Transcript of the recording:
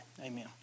Amen